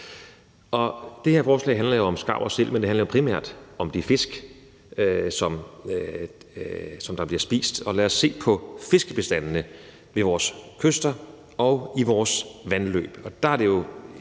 Det her forslag handler jo om skarv og sæl, men det handler primært om de fisk, som der bliver spist, og lad os se på fiskebestandene ved vores kyster og i vores vandløb.